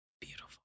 Beautiful